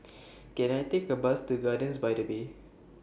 Can I Take A Bus to Gardens By The Bay